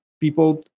people